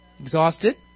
Exhausted